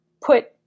put